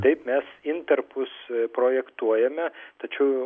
taip mes intarpus projektuojame tačiau